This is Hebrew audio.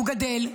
הוא גדל,